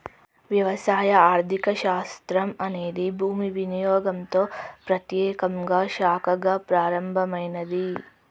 వ్యవసాయ ఆర్థిక శాస్త్రం అనేది భూమి వినియోగంతో ప్రత్యేకంగా శాఖగా ప్రారంభమైనాది